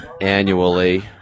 annually